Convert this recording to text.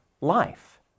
life